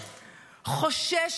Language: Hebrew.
חושש,